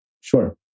Sure